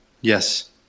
yes